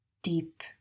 deep